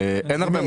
אין הרבה מה להוסיף.